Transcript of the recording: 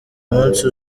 munsi